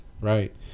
right